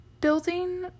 building